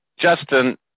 Justin